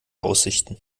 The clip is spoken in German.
aussichten